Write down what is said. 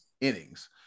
innings